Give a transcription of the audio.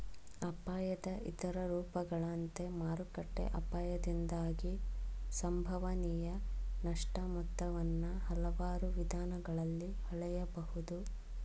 ಅಪಾಯದ ಇತರ ರೂಪಗಳಂತೆ ಮಾರುಕಟ್ಟೆ ಅಪಾಯದಿಂದಾಗಿ ಸಂಭವನೀಯ ನಷ್ಟ ಮೊತ್ತವನ್ನ ಹಲವಾರು ವಿಧಾನಗಳಲ್ಲಿ ಹಳೆಯಬಹುದು